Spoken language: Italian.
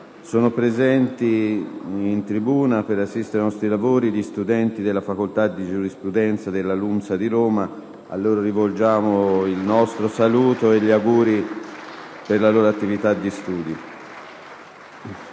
Sono presenti in tribuna per assistere ai nostri lavori una rappresentanza di studenti della Facoltà di giurisprudenza della LUMSA di Roma, cui rivolgiamo il nostro saluto e gli auguri per la loro attività di studi.